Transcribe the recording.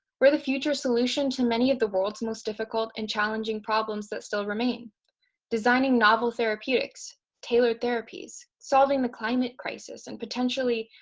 we're the future solution to many of the world's most difficult and challenging problems that still remain designing novel therapeutics, tailored therapies, solving the climate crisis, and potentially,